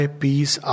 peace